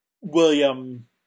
William